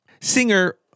Singer